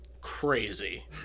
Crazy